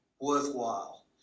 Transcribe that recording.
worthwhile